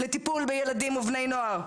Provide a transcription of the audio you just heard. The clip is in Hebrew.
לטיפול בילדים ובני נוער.